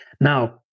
Now